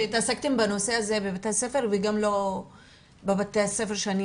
שהתעסקתם בנושא הזה בבתי ספר וגם לא בבתי הספר שאני